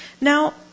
Now